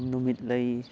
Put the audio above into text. ꯅꯨꯃꯤꯠꯂꯩ